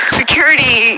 security